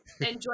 enjoy